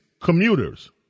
commuters